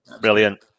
Brilliant